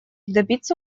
добиться